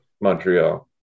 Montreal